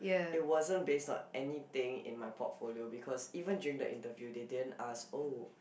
it wasn't based on anything in my portfolio because even during the interview they didn't ask oh